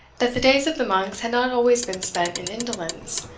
that the days of the monks had not always been spent in indolence,